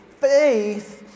faith